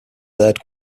third